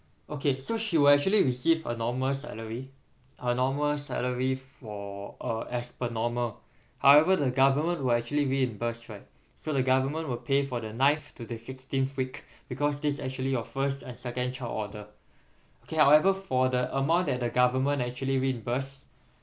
okay so she will actually receive a normal salary a normal salary for uh as per normal however the government will actually reimburse right so the government will pay for the ninth to the sixteenth week because this actually your first and second child order okay however for the amount that the government actually reimburse